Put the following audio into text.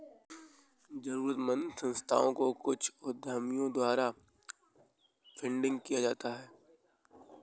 जरूरतमन्द संस्थाओं को कुछ उद्यमियों के द्वारा फंडिंग किया जाता है